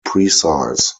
precise